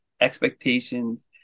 expectations